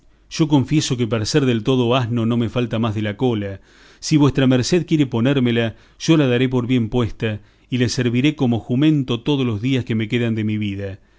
yo confieso que para ser del todo asno no me falta más de la cola si vuestra merced quiere ponérmela yo la daré por bien puesta y le serviré como jumento todos los días que me quedan de mi vida